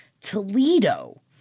toledo